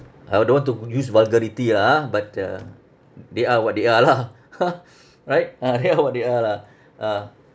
I don't want to use vulgarity lah ah but uh they are what they are lah right ah they are what they are lah ah